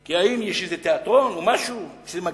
כי האם יש איזה תיאטרון או משהו, שמגיעים?